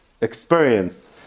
experience